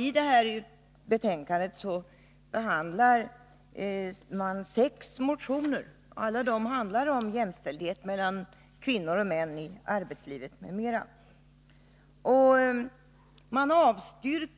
I det här betänkandet behandlas sex motioner som alla handlar om jämställdhet mellan kvinnor och män i arbetslivet m.m. Ett